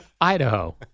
Idaho